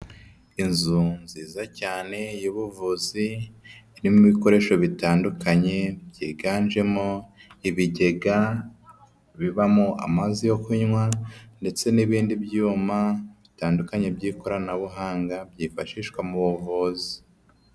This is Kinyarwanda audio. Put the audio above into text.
Inzu nziza cyane y'ubuvuzi, irimo ibikoresho bitandukanye byiganjemo ibigega bibamo amazi yo kunywa ndetse n'ibindi byuma bitandukanye by'ikoranabuhanga byifashishwa mu buvuzi.